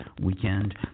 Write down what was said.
weekend